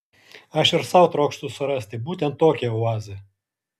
aš ir sau trokštu surasti būtent tokią oazę